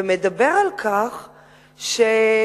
ומדבר על כך שהנושא,